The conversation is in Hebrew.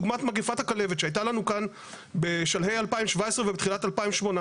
דוגמת מגפת הכלבת שהייתה לנו כאן בשלהי 2017 ותחילת 2018,